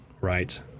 right